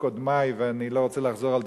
קודמי ואני לא רוצה לחזור על דברים,